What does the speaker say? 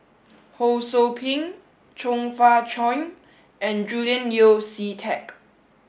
Ho Sou Ping Chong Fah Cheong and Julian Yeo See Teck